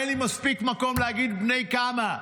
אין לי מספיק מקום להגיד בני כמה,